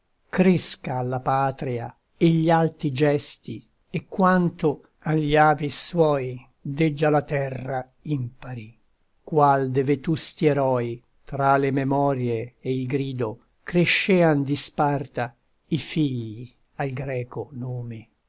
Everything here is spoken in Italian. cresca alla patria e gli alti gesti e quanto agli avi suoi deggia la terra impari qual de vetusti eroi tra le memorie e il grido crescean di sparta i figli al greco nome